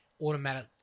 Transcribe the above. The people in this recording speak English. automatic